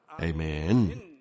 Amen